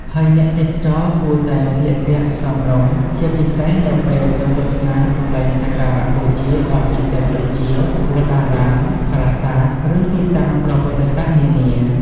ហើយអ្នកទេសចរគួរតែ ស្លៀកពាក់សមរម្យ ជាពិសេសនៅពេលទៅទស្សនាកន្លែងសក្ការបូជាដ៏ពិសិដ្ឋដូចជា វត្តអារាម ប្រាសាទ ឬទីតាំងប្រវត្តិសាស្ត្រនានា។